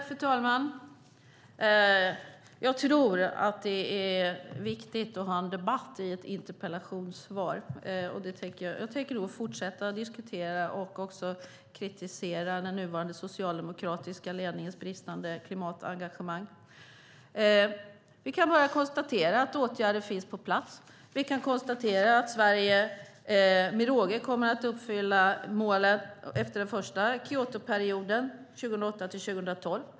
Fru talman! Det är viktigt att ha en debatt vid ett interpellationssvar. Jag tänker fortsätta att diskutera och kritisera den nuvarande socialdemokratiska ledningens bristande klimatengagemang. Vi kan konstatera att åtgärder finns på plats. Vi kan konstatera att Sverige med råge kommer att uppfylla målet för första Kyotoperioden 2008-2012.